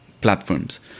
platforms